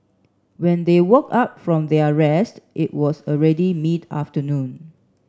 when they woke up from their rest it was already mid afternoon